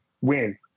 win